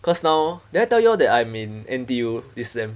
cause now did I tell you all that I'm in N_T_U this sem